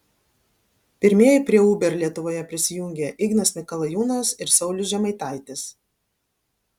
pirmieji prie uber lietuvoje prisijungė ignas mikalajūnas ir saulius žemaitaitis